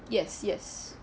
yes yes